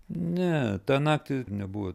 ne tą naktį nebuvo